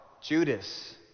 Judas